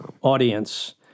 audience